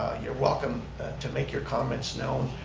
you're welcome to make your comments known,